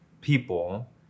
people